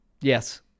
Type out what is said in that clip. Yes